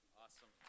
Awesome